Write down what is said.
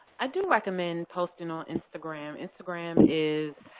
i do recommned and posting on instagram. instagram is-oh,